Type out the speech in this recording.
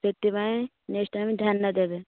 ସେଥିପାଇଁ next time ଧ୍ୟାନ ଦେବେ